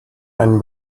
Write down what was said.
einen